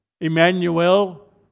Emmanuel